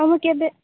ଆଉ ମୁଁ କେବେ